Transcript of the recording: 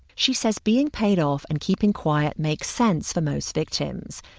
she said being paid off and keeping quiet makes sense for most victims.